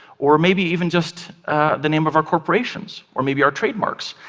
or maybe even just the name of our corporations, or maybe our trademarks.